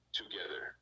together